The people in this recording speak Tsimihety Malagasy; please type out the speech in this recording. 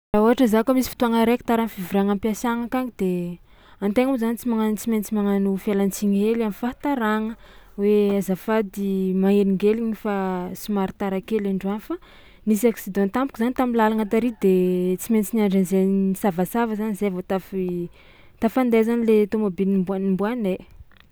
Raha ôhatra za kôa misy fotoagna araiky tara am'fivoriagna am-piasagna akagny de an-tegna moa zany tsy magna- tsy maintsy magnano fialan-tsiny hely am'fahataragna hoe: azafady manelingeligny fa somary tara kely androany fa nisy accident tampoka zany tam'làlagna tary de tsy maintsy niandry an'zay nisavasava zany zay vao tafi- tafandeha zany le tômôbily nomboan- nomboanay.